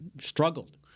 struggled